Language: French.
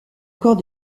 encore